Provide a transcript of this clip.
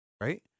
right